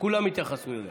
כולם התייחסו לזה.